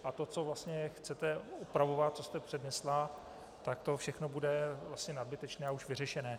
A to, co vlastně chcete opravovat, co jste přednesla, tak to všechno bude vlastně nadbytečné a už vyřešené.